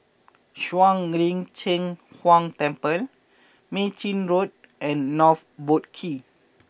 Shuang Lin Cheng Huang Temple Mei Chin Road and North Boat Quay